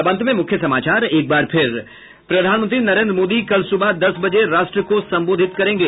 और अब अंत में मुख्य समाचार एक बार फिर प्रधानमंत्री नरेन्द्र मोदी कल सुबह दस बजे राष्ट्र को संबोधित करेंगे